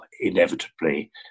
Inevitably